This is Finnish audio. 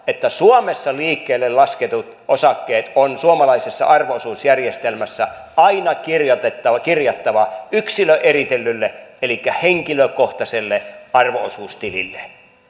että suomessa liikkeelle lasketut osakkeet on suomalaisessa arvo osuusjärjestelmässä aina kirjattava kirjattava yksilöeritellylle elikkä henkilökohtaiselle arvo osuustilille